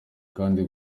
kandi